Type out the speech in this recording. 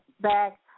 back